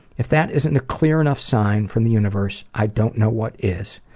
if that isn't a clear enough sign from the universe, i don't know what is.